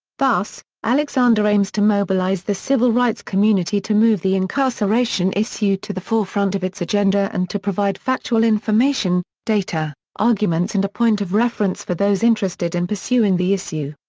thus, alexander aims to mobilize the civil rights community to move the incarceration issue to the forefront of its agenda and to provide factual information, data, arguments and a point of reference for those interested in pursuing the issue.